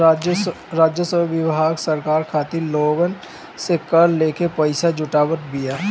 राजस्व विभाग सरकार खातिर लोगन से कर लेके पईसा जुटावत बिया